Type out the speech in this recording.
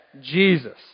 Jesus